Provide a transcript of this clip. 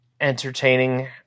entertaining